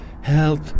Help